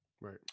right